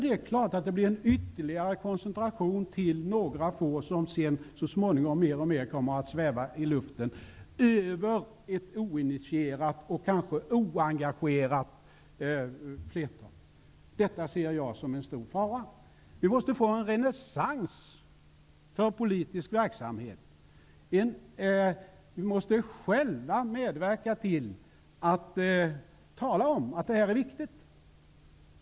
Det är klart att det då blir en ytterligare koncentration till några få, som så småningom kommer att sväva i luften, över ett oinitierat och kanske oengagerat flertal. Detta ser jag som en stor fara. Vi måste få en renässans för politisk verksamhet. Vi måste själva medverka till att tala om att det är viktigt.